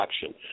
action